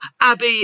Abby